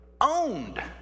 owned